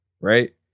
right